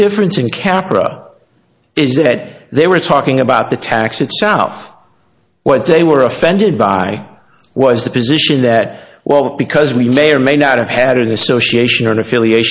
difference in capra is that they were talking about the tax it south what they were offended by was the position that well because we may or may not have had an association or an affiliat